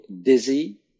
dizzy